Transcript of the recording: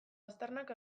aztarnak